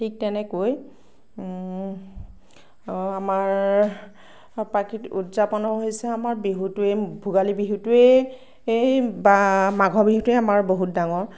ঠিক তেনেকৈ আমাৰ প্ৰাকৃত উদযাপন হৈছে আমাৰ বিহুটোৱেই ভোগালী বিহুটোৱেই বা মাঘৰ বিহুটোৱেই আমাৰ বহুত ডাঙৰ